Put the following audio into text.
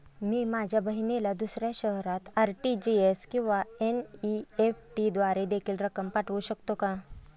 मी माझ्या बहिणीला दुसऱ्या शहरात आर.टी.जी.एस किंवा एन.इ.एफ.टी द्वारे देखील रक्कम पाठवू शकतो का?